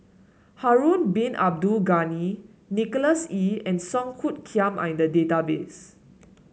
Harun Bin Abdul Ghani Nicholas Ee and Song Hoot Kiam are in the database